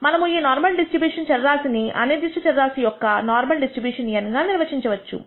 మనము ఈ normal distribution చర రాశి ని అనిర్దిష్ట చర రాశి యొక్క నార్మల్ డిస్ట్రిబ్యూషన్ N గా నిర్వచించవచ్చు